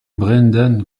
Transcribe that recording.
brendan